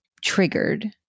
triggered